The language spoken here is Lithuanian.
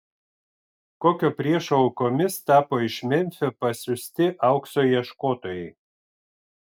kokio priešo aukomis tapo iš memfio pasiųsti aukso ieškotojai